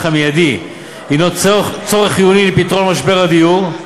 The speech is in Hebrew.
המיידי הנה צורך חיוני לפתרון משבר הדיור,